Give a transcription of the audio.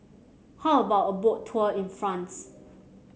how about a Boat Tour in France